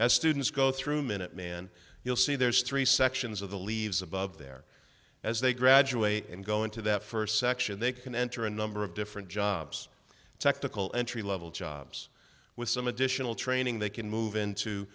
as students go through minuteman you'll see there's three sections of the leaves above their as they graduate and go into that first section they can enter a number of different jobs technical entry level jobs with some additional training they can move into